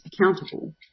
accountable